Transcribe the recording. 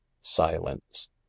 Silence